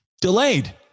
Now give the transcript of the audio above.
delayed